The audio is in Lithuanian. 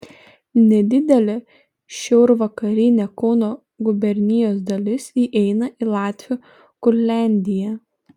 nedidelė šiaurvakarinė kauno gubernijos dalis įeina į latvių kurliandiją